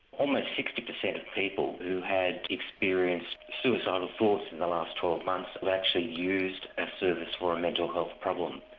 almost sixty percent of people who had experienced suicidal thoughts in the last twelve months had actually used a service for a mental health problem.